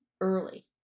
early